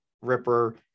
Ripper